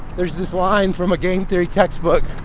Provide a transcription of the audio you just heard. there's this line from a game theory textbook,